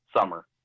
summer